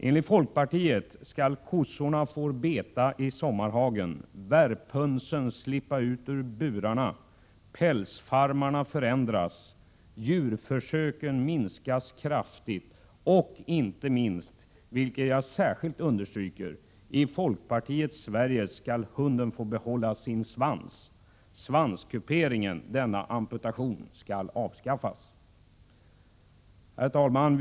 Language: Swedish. Enligt folkpartiet skall korna få beta i sommarhagen, värphönsen slippa ut ur burarna, pälsfarmarna förändras, djurförsöken minskas kraftigt och inte minst, vilket jag särskilt understryker — i folkpartiets Sverige skall hunden få behålla sin svans, svanskuperingen, denna amputation, skall avskaffas. Herr talman!